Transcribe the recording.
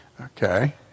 Okay